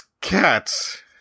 cats